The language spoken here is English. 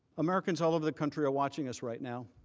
americans all over the country are watching us right now.